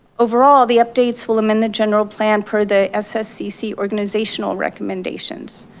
overall, the updates will amend the general plan per the sscc organizational recommendations.